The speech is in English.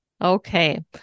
Okay